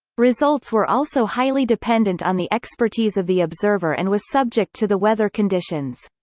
results were also highly dependent on the expertise of the observer and was subject to the weather conditions.